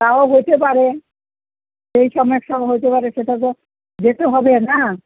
তাও হতে পারে সেই সমেস্যাও হতে পারে সেটা তো যেতে হবে না